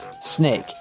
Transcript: snake